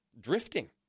drifting